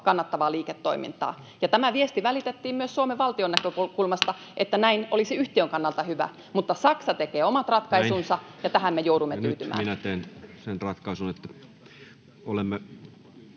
kannattavaa liiketoimintaa. Ja tämä viesti välitettiin myös Suomen valtion näkökulmasta, että näin olisi yhtiön kannalta hyvä, mutta Saksa tekee omat ratkaisunsa, ja tähän me joudumme tyytymään.